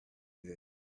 ooze